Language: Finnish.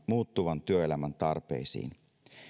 muuttuvan työelämän tarpeisiin